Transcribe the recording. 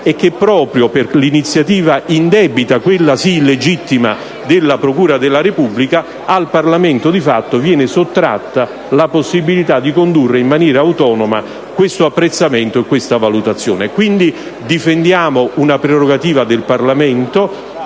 è che, proprio per l'iniziativa indebita, quella sì, illegittima della procura della Repubblica, al Parlamento di fatto viene sottratta la possibilità di condurre in maniera autonoma questo apprezzamento e questa valutazione. Quindi, difendiamo una prerogativa del Parlamento